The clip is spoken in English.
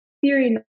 theory